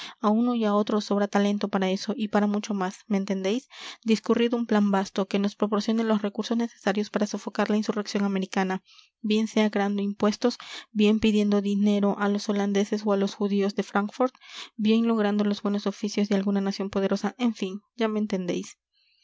a uno y a otro os sobra talento para eso y para mucho más me entendéis discurrid un plan vasto que nos proporcione los recursos necesarios para sofocar la insurrección americana bien sea creando impuestos bien pidiendo dinero a los holandeses o a los judíos de francfort bien logrando los buenos oficios de alguna nación poderosa en fin ya me entendéis